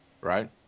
right